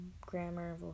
grammar